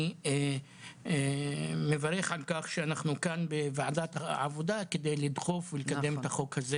אני מברך על כך שאנחנו כאן בוועדת העבודה כדי לדחוף ולקדם את החוק הזה